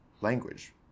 language